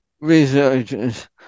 researchers